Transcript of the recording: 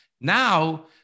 now